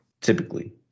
typically